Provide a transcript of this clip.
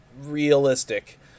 realistic